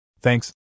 Thanks